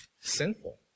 sinful